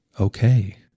okay